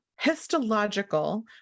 histological